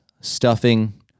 stuffing